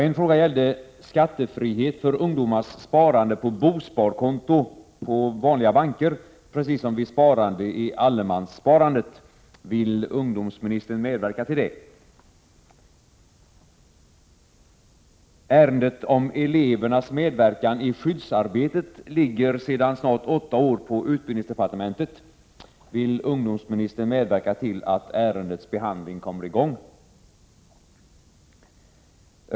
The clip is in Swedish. En fråga gällde skattefrihet för ungdomars sparande på bostadskonto i vanliga banker, precis som vid sparande i allemanssparandet. Vill ungdomsministern medverka till det? Ärendet om elevernas medverkan i skyddsarbetet ligger sedan snart åtta år tillbaka i utbildningsdepartementet. Vill ungdomsministern medverka till att ärendets behandling kommer i gång?